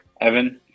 Evan